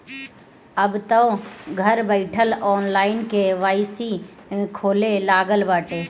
अबतअ घर बईठल ऑनलाइन के.वाई.सी होखे लागल बाटे